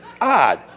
odd